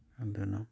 ꯑꯗꯨꯅ